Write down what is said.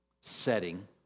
setting